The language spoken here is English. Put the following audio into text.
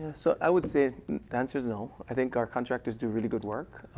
so i would say the answer is no. i think our contractors do really good work.